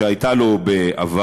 שהייתה לו בעבר,